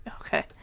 Okay